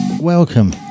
Welcome